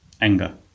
Anger